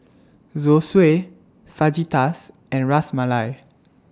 Zosui Fajitas and Ras Malai